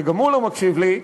שגם הוא לא מקשיב לי.